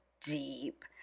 deep